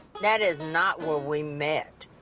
that is not where we met!